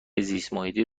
زیستمحیطی